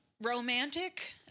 Romantic